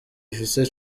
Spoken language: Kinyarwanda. ifise